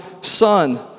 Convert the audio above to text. son